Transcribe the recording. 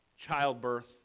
childbirth